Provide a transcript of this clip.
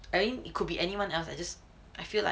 I mean it could be anyone else I just I feel like